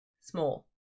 small